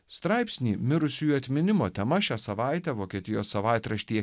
straipsnį mirusiųjų atminimo tema šią savaitę vokietijos savaitraštyje